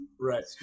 right